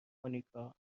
مونیکا